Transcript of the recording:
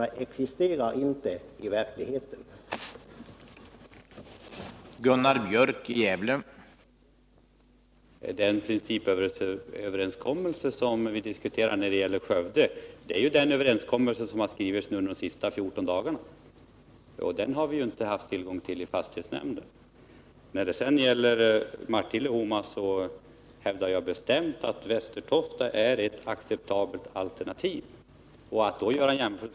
Här existerar i verkligheten ingen skillnad.